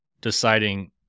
deciding